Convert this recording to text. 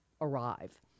arrive